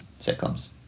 sitcoms